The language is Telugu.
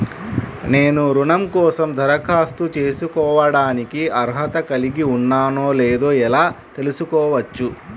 నేను రుణం కోసం దరఖాస్తు చేసుకోవడానికి అర్హత కలిగి ఉన్నానో లేదో ఎలా తెలుసుకోవచ్చు?